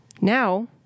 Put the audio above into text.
Now